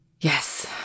Yes